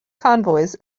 convoys